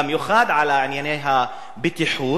במיוחד על ענייני הבטיחות.